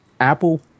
Apple